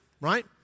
right